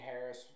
Harris